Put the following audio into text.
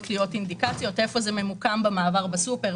איפה זה ממוקם במעברי הסופר,